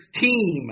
team